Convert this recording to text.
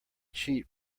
sheet